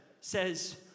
says